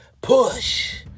push